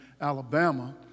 Alabama